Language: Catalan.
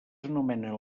anomenen